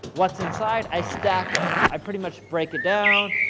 what's inside? i stack it, i pretty much break it down.